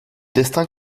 destin